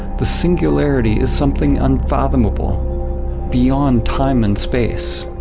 the singularity is something unfathomable beyond time and space.